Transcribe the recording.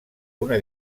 una